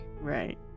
Right